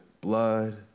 blood